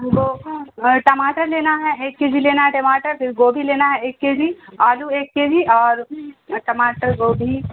ہم کو ٹماٹر لینا ایک کے جی لینا ہے ٹماٹر پھر گوبھی لینا ہے ایک کے جی آلو ایک کے جی اور ٹماٹر گوبھی